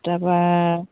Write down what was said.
তাৰপৰা